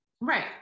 Right